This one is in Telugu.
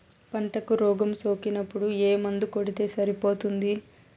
పంటకు రోగం సోకినపుడు ఏ మందు కొడితే సరిపోతుంది?